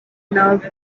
nerve